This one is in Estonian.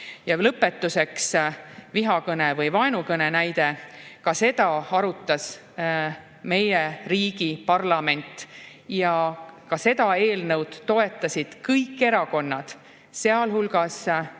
Ja lõpetuseks vihakõne või vaenukõne näide. Ka seda arutas meie riigi parlament ja ka seda eelnõu toetasid kõik erakonnad, sealhulgas